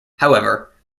however